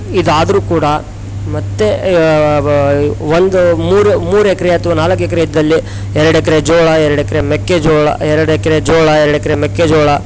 ಇದು ಆದರು ಕೂಡ ಮತ್ತೆ ಒಂದು ಮೂರು ಮೂರು ಎಕ್ರೆ ಅಥವಾ ನಾಲ್ಕು ಎಕ್ರೆ ಇದ್ದಲ್ಲಿ ಎರಡು ಎಕ್ರೆ ಜೋಳ ಎರಡು ಎಕ್ರೆ ಮೆಕ್ಕೆಜೋಳ ಎರಡು ಎಕ್ರೆ ಜೋಳ ಎರಡು ಎಕ್ರೆ ಮೆಕ್ಕೆಜೋಳ